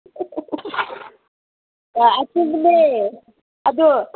ꯑꯥ ꯑꯆꯨꯝꯕꯅꯦ ꯑꯗꯨ